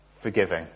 forgiving